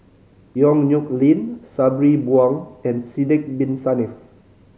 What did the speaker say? Yong Nyuk Lin Sabri Buang and Sidek Bin Saniff